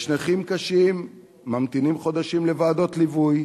יש נכים קשים שממתינים חודשים לוועדות ליווי,